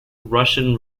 russian